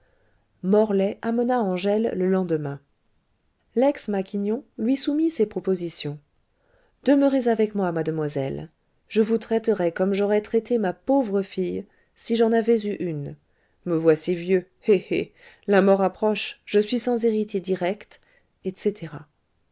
morlaix amena angèle le lendemain lex maquignon lui soumit ses propositions demeurez avec moi mademoiselle je vous traiterai comme j'aurais traité ma pauvre fille si j'en avais eu une me voici vieux hé hé la mort approche je suis sans héritier direct etc